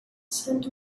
said